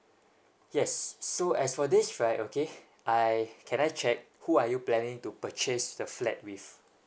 yes so as for this right okay I can I check who are you planning to purchase the flat with